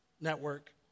Network